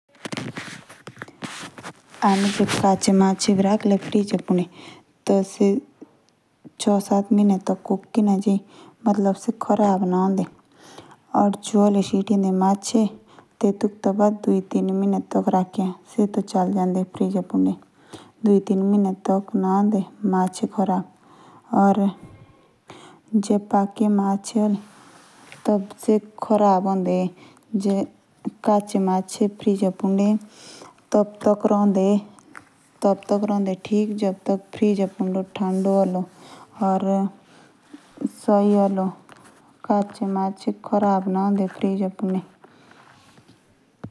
हमे जे कच्ची माची बी रखले फ्रिज़ मुज़। तबे से छः या सात महीने तक कोई ना जाई। ना सी ख़राब होंदी। या पकिये मची ठीकड़ी ख़राब ना होंदी